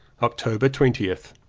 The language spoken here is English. october twentieth.